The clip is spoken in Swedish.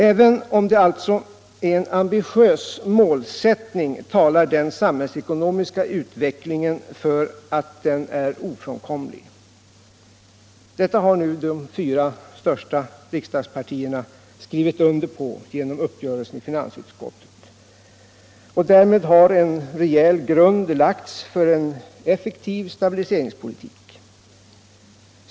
Även om det alltså är en ambitiös målsättning, talar den samhällsekonomiska utvecklingen för att den är ofrånkomlig. Detta har nu de fyra största riksdagspartierna skrivit under på genom uppgörelsen i finansutskottet. Därmed har en reell grund lagts för en effektiv stabiliseringspolitik.